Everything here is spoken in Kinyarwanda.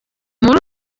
muri